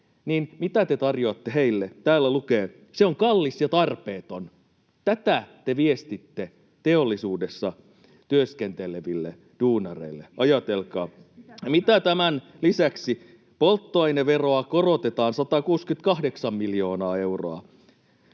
Mitä te tarjoatte heille? Täällä lukee: se on kallis ja tarpeeton. Tätä te viestitte teollisuudessa työskenteleville duunareille, ajatelkaa. [Jussi Saramo: Ministeriö ne viestii!] Mitä tämän lisäksi: polttoaineveroa korotetaan 168 miljoonaa euroa,